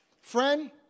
Friend